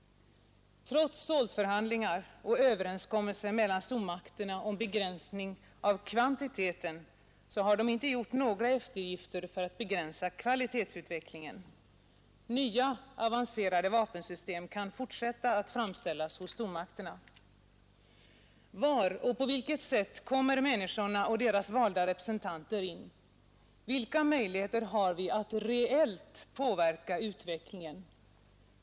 Trots SALT-förhandlingar och överenskommelser mellan stormakterna om begränsningar av kvantiteten har de inte gjort några eftergifter för att begränsa kvalitetsutvecklingen. Nya avancerade vapensystem kan fortsätta att framställas hos stormakterna. Var och på vilket sätt kommer människorna och deras valda representanter in? Vilka möjligheter har vi att reellt påverka utvecklingen?